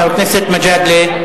חבר הכנסת גאלב מג'אדלה.